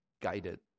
guided